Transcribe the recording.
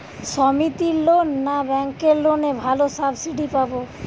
সমিতির লোন না ব্যাঙ্কের লোনে ভালো সাবসিডি পাব?